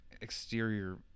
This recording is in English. exterior